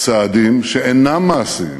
צעדים שאינם מעשיים,